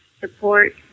support